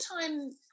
time